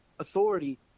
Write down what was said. authority